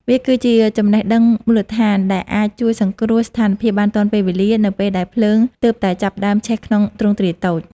វាគឺជាចំណេះដឹងមូលដ្ឋានដែលអាចជួយសង្គ្រោះស្ថានភាពបានទាន់ពេលវេលា នៅពេលដែលភ្លើងទើបតែចាប់ផ្ដើមឆេះក្នុងទ្រង់ទ្រាយតូច។